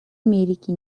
америке